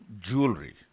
Jewelry